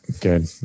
Good